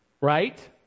Right